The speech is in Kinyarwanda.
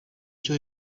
cyo